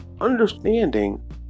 Understanding